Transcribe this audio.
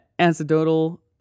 anecdotal